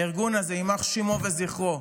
הארגון הזה, יימח שמו וזכרו,